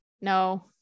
No